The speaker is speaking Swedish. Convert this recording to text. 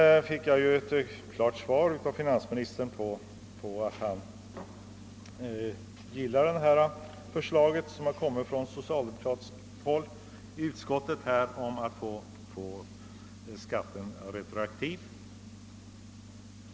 Jag fick vidare ett klart besked från finansministern att han gillar det förslag, som framförts från socialdemokratiskt håll i utskottet om att skatten skall utgå retroaktivt.